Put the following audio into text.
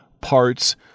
parts